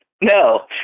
no